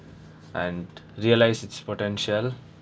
and realise its potential